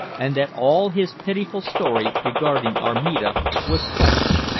and that all his pitiful story regarding armida was false.